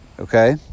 okay